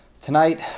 Tonight